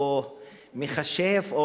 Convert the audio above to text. או מכשף,